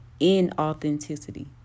inauthenticity